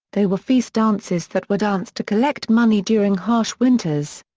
they were feast dances that were danced to collect money during harsh winters.